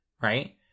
Right